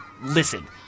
listen